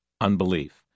unbelief